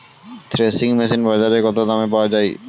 Threshing machine বাজারে কত দামে পাওয়া যায়?